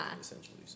essentially